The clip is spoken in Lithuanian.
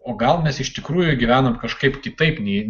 o gal mes iš tikrųjų gyvenam kažkaip kitaip nei